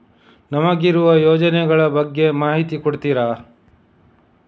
ನಮಗಿರುವ ಯೋಜನೆಗಳ ಬಗ್ಗೆ ಮಾಹಿತಿ ಕೊಡ್ತೀರಾ?